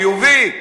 חיובי?